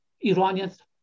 Iranians